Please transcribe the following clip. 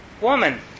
Woman